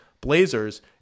Blazers